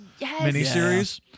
miniseries